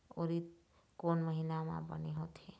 उरीद कोन महीना म बने होथे?